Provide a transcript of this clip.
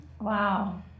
Wow